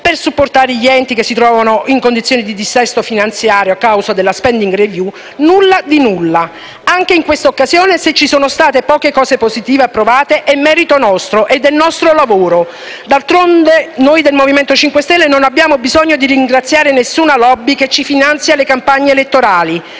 per supportare gli enti che si trovano in condizioni di dissesto finanziario a causa della *spending review:* nulla di nulla. Anche in questa occasione, se ci sono state poche cose positive approvate è merito nostro e del nostro lavoro. D'altronde, noi del Movimento 5 Stelle non abbiamo bisogno di ringraziare nessuna *lobby* che ci finanzia le campagne elettorali.